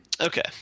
Okay